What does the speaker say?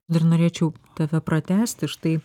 dar norėčiau tave pratęsti štai